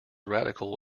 radical